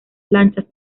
lanchas